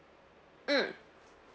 mm